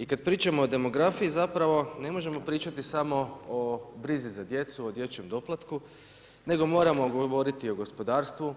I kad pričamo o demografiji zapravo ne možemo pričati samo o brizi za djecu, o dječjem doplatku, nego moramo govoriti o gospodarstvu,